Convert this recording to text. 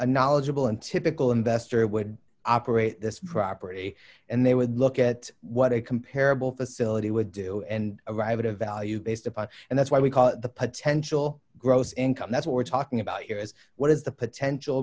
knowledgeable untypical investor would operate this property and they would look at what a comparable facility would do and arrive at a value based upon and that's why we call the potential gross income that's what we're talking about here is what is the potential